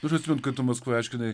prisimenu kad maskva aiškina